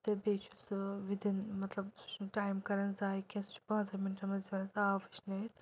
تہٕ بیٚیہِ چھُ سُہ وِداِن مطلب سُہ چھُنہٕ ٹایِم کران زایہِ کینٛہہ سُہ چھُ اسہِ پانژن مِنٛٹن مَنز دِوان اسہِ آب ؤشنٲیِتھ